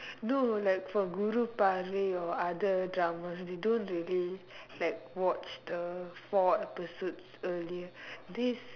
no like for Guru Paarvai or other dramas they don't really like watch the four episodes earlier this